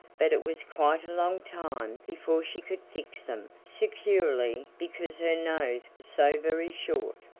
but it was quite a long time before she could fix them securely because her nose was so very short.